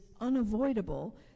unavoidable